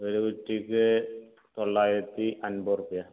ഒരു കുറ്റിക്ക് തൊള്ളായിരത്തി അൻപത് റുപ്യ